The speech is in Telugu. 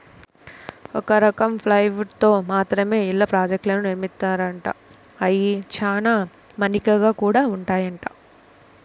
ఒక రకం ప్లైవుడ్ తో మాత్రమే ఇళ్ళ ప్రాజెక్టులను నిర్మిత్తారంట, అయ్యి చానా మన్నిగ్గా గూడా ఉంటాయంట